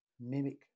mimic